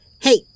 Hey